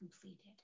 completed